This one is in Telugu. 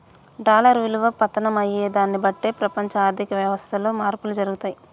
డాలర్ విలువ పతనం అయ్యేదాన్ని బట్టే ప్రపంచ ఆర్ధిక వ్యవస్థలో మార్పులు జరుగుతయి